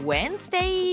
Wednesday